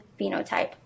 phenotype